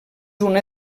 una